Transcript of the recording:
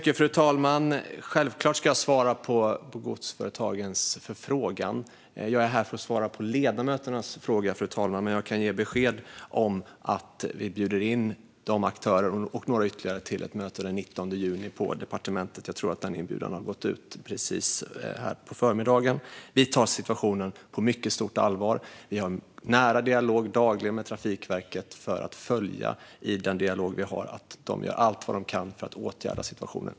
Fru talman! Självklart ska jag svara på godsföretagens förfrågan. Jag är här för att svara på ledamöternas frågor, fru talman, men jag kan ge besked om att vi bjuder in dessa aktörer och ytterligare några till ett möte på departementet den 19 juni. Jag tror att den inbjudan har gått ut i dag på förmiddagen. Vi tar situationen på mycket stort allvar. Vi har dagligen en nära dialog med Trafikverket för att följa upp att de gör allt de kan för att åtgärda situationen.